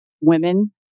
women